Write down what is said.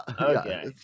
Okay